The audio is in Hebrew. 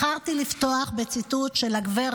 בחרתי לפתוח בציטוט של גב'